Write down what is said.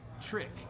trick